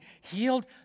healed